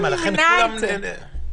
בואו נמנע את זה.